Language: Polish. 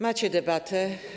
Macie debatę.